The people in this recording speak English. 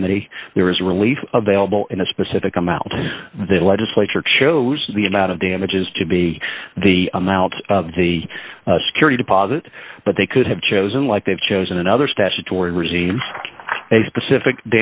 remedy there is relief available in a specific amount they legislature chose the amount of damages to be the amount of the security deposit but they could have chosen like they've chosen another statutory regime a specific